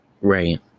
right